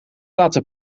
laten